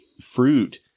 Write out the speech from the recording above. fruit